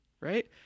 right